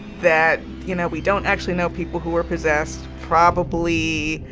that, you know, we don't actually know people who are possessed probably,